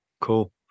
Cool